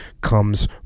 comes